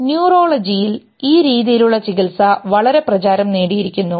ന്യൂറോളജിയിൽ ഈ രീതിയിലുള്ള ചികിത്സ വളരെ പ്രചാരം നേടിയിരിക്കുന്നു